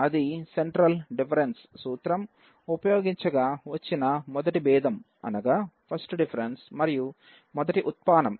అది central difference సూత్రం ఉపయోగించగా వచ్చిన మొదటి భేదం మరియు మొదటి ఉత్పానం